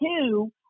two